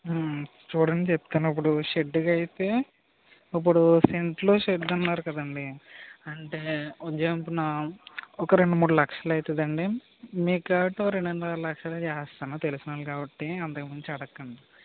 చూడండి చెప్తాను ఇప్పుడు షెడ్కైతే ఇప్పుడు సెంట్లో షెడ్ అన్నారు కదండి అంటే ఉజ్జాయింపున ఒక రెండు మూడు లక్షలు అవుతాయి అండి మీకు కాబట్టి ఒక రెండునర లక్షలో చేసేస్తాను తెలుసినోళ్లు కాబట్టి ఇంక అంతకు మించి అడగకండి